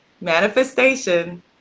manifestation